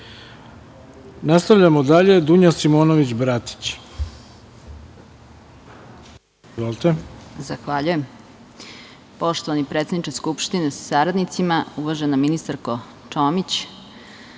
Bratić. Izvolite. **Dunja Simonović Bratić** Zahvaljujem. Poštovani predsedniče Skupštine sa saradnicima, uvažena ministarko Čomić,